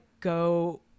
go